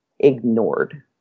ignored